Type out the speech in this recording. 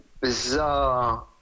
bizarre